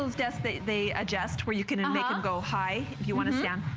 ah desk that they adjust where you can and make it go high, if you want to stand,